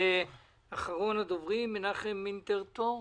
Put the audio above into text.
אחרון הדוברים הוא מנחם אינטרטור,